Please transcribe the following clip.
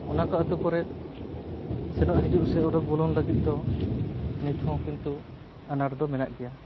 ᱚᱱᱟᱠᱚ ᱟᱹᱛᱩ ᱠᱚᱨᱮᱫ ᱥᱮᱱᱚᱜ ᱦᱤᱡᱩᱜ ᱥᱮ ᱩᱰᱩᱠ ᱵᱚᱞᱚᱱ ᱞᱟᱹᱜᱤᱫ ᱫᱚ ᱱᱤᱛᱦᱚᱸ ᱠᱤᱱᱛᱩ ᱟᱱᱟᱴ ᱫᱚ ᱢᱮᱱᱟᱜ ᱜᱮᱭᱟ